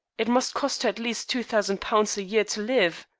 it must cost her at least two thousand pounds a year to live.